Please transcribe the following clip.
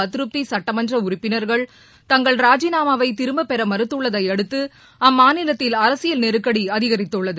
அதிருப்தி சுட்டமன்ற உறுப்பினர்கள் தங்கள் ராஜினாமாவை திரும்பப்பெற மறுத்துள்ளதை அடுத்து அம்மாநிலத்தில் அரசியல் நெருக்கடி அதிகரித்துள்ளது